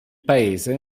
paese